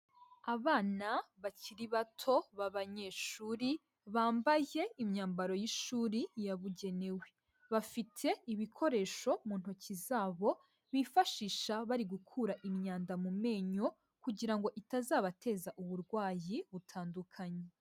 Abana bakiri bato b'abanyeshuri bambaye imyambaro y'ishuri yabugenewe, bafite ibikoresho mu ntoki zabo bifashisha bari gukura imyanda mu menyo kugira ngo itazabateza uburwayi butandukanye.